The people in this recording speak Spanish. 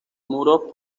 muros